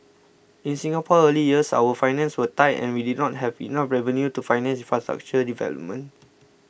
in Singapore's early years our finances were tight and we did not have enough revenue to finance infrastructure development